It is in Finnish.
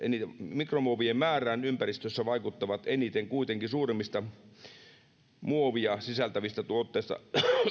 mikromuovien määrään ympäristössä vaikuttavat kuitenkin eniten suuremmista muovia sisältävistä tuotteista